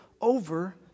over